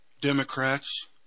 Democrats